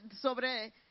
sobre